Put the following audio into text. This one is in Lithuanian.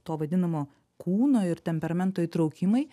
to vadinamo kūno ir temperamento įtraukimai